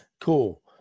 Cool